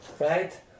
right